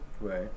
Right